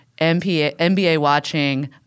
NBA-watching